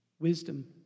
wisdom